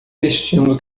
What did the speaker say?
vestindo